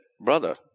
brother